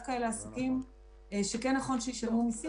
דווקא אלה עסקים שכן נכון שישלמו מסים